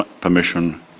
permission